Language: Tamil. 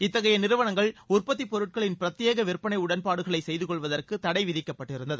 இத்தகைய நிறுவனங்கள் உற்பத்திப் பொருட்களின் பிரத்யேக விற்பனை உடன்பாடுகளை செய்து கொள்வதற்கு தடை விதிக்கப்பட்டிருந்தது